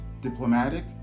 diplomatic